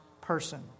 person